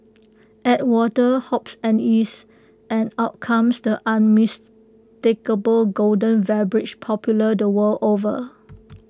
add water hops and yeast and out comes the unmistakable golden beverage popular the world over